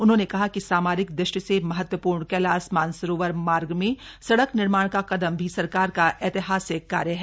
उन्होंने कहा कि सामरिक दृष्टि से महत्वपूर्ण कैलाश मानसरोवर मार्ग में सड़क निर्माण का कदम भी सरकार का ऐतिहासिक कार्य है